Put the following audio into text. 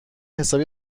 حسابی